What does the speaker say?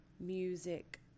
music